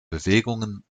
bewegungen